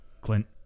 Clint